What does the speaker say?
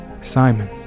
Simon